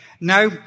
Now